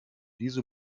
diese